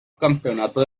campeonato